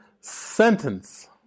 sentence